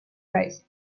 rising